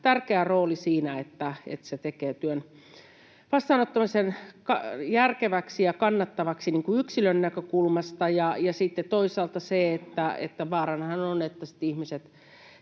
tärkeä rooli siinä, että se tekee työn vastaanottamisen järkeväksi ja kannattavaksi yksilön näkökulmasta. Toisaalta vaaranahan on, että sitten